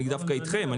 אני דווקא אתכם,